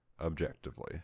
objectively